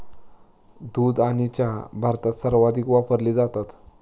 दूध आणि चहा भारतात सर्वाधिक वापरले जातात